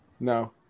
No